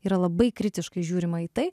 yra labai kritiškai žiūrima į tai